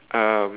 um